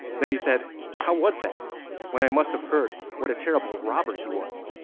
then he said how was that when i must have heard what a terrible robber he was.